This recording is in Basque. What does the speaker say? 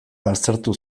baztertu